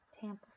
Tampa